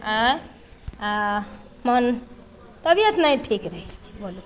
आँइ हँ मन तबियत नहि ठीक रहै छै बोलू